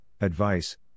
advice